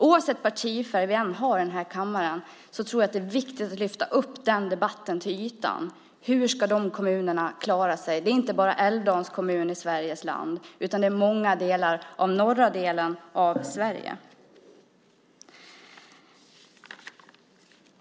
Oavsett vilken partifärg vi i kammaren har tror jag att det är viktigt att lyfta upp debatten till ytan. Hur ska de kommunerna klara sig? Det gäller inte bara Älvdalens kommun utan också stora delar av norra Sverige.